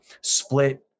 split